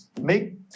make